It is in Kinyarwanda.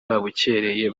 babukereye